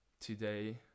Today